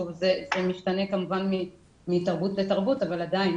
זה משתנה כמובן מתרבות לתרבות אבל עדיין